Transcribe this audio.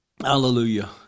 Hallelujah